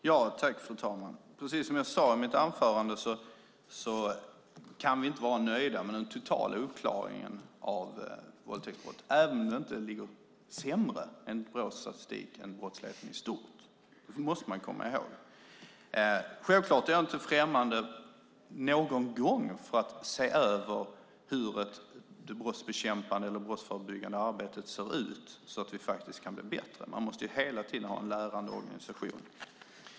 Fru talman! Precis som jag sade i mitt anförande kan vi inte vara nöjda med den totala uppklaringen av våldtäktsbrott, även om den inte är sämre enligt Brås statistik än för brottsligheten i stort. Det måste man komma ihåg. Självklart är jag inte främmande för att någon gång se över hur det brottsbekämpande eller brottsförebyggande arbetet ser ut så att vi kan bli bättre. Man måste hela tiden ha en lärande organisation.